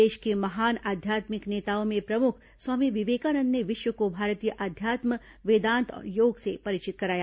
देष के महान आध्यात्मिक नेताओं में प्रमुख स्वामी विवेकानंद ने विष्व को भारतीय अध्यात्म वेदांत और योग से परिचित कराया